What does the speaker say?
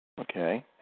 Okay